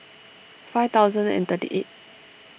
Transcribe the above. five thousand and thirty eight